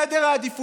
הוא סדר העדיפויות,